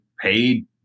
paid